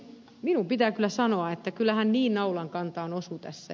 minun pitää kyllä sanoa että kyllä hän niin naulan kantaan osuu tässä